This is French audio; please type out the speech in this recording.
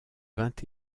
vingt